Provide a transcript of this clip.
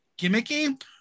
gimmicky